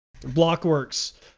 Blockworks